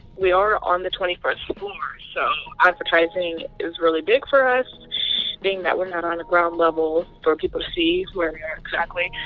we are on the twenty first so floor so advertising is really big for us being that we're not on the ground level for people see where ah exactly.